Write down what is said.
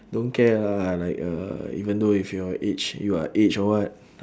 don't care lah like uh even though if your age you are age or what